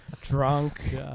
Drunk